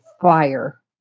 fire